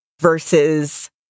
versus